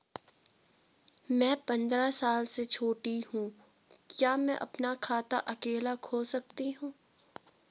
मैं पंद्रह साल से छोटी हूँ क्या मैं अपना खाता अकेला खोल सकती हूँ?